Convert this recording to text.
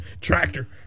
Tractor